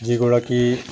যিগৰাকী